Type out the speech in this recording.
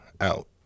out